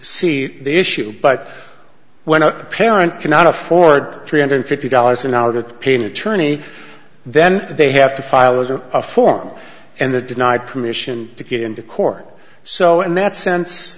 see the issue but when a parent cannot afford three hundred fifty dollars an hour to pay an attorney then they have to file a form and the denied permission to get into court so in that sense